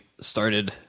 started